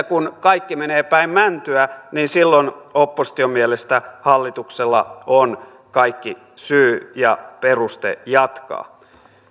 kun kaikki menee päin mäntyä silloin opposition mielestä hallituksella on kaikki syy ja peruste jatkaa